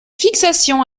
fixation